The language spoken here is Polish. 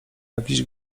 jakiś